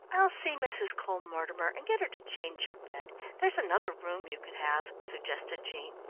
i'll see mrs. cole-mortimer and get her to change your bed there's another room you could have, suggested jean.